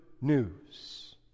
news